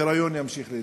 הפריון ימשיך להידרדר.